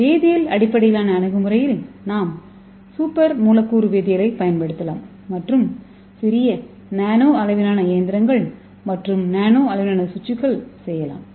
வேதியியல் அடிப்படையிலான அணுகுமுறையில் நாம் சூப்பர் மூலக்கூறு வேதியியலைப் பயன்படுத்தலாம் மற்றும் சிறிய நானோ அளவிலான இயந்திரங்கள் மற்றும் நானோ அளவிலான சுவிட்சுகள் செய்யலாம்